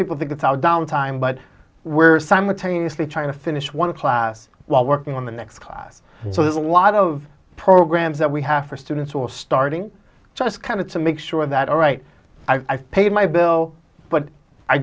people think it's out down time but we're simultaneously trying to finish one class while working on the next class so there's a lot of programs that we have for students or starting just kind of to make sure that all right i've paid my bill but i